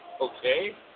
okay